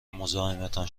مزاحمتان